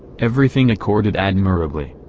everything accorded admirably.